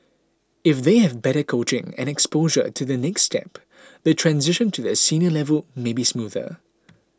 if they have better coaching and exposure to the next step the transition to the senior level may be smoother